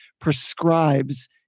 prescribes